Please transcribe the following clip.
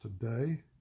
today